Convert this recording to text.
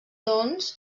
doncs